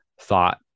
thought